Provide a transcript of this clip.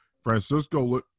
Francisco